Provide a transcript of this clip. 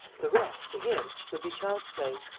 the rest, to him, would be child's play.